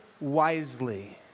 wisely